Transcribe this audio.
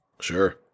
Sure